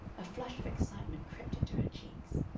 a flush of excitement crept into her cheeks.